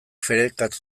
ferekatu